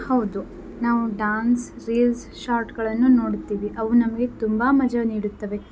ಹೌದು ನಾವು dance reels ಶಾರ್ಟ್ಗಳನ್ನು ನೋಡುತ್ತೀವಿ ಅವು ನಮಗೆ ತುಂಬ ಮಜ ನೀಡುತ್ತವೆ